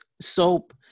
soap